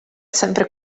sempre